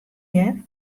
hear